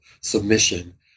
submission